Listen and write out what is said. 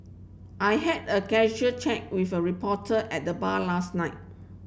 I had a casual chat with a reporter at the bar last night